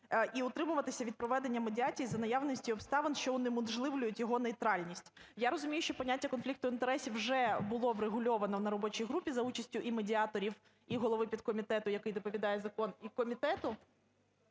і утримуватися від проведення медіації за наявності обставин, що унеможливлюють його нейтральність. Я розумію, що поняття конфлікту інтересів вже було врегульовано на робочій групі за участю і медіаторів, і голови підкомітету, який доповідає закон, і комітету,